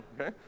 okay